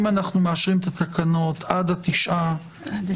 אם אנחנו מאשרים את התקנות עד 9 במאי,